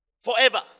Forever